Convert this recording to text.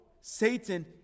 Satan